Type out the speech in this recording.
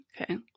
Okay